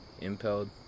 impelled